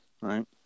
right